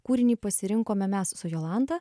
kūrinį pasirinkome mes su jolanta